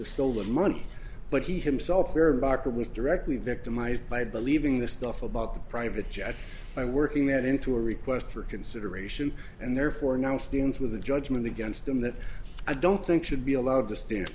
the stolen money but he himself where barker was directly victimized by believing the stuff about the private jets by working that into a request for consideration and therefore now students with a judgment against him that i don't think should be allowed to sta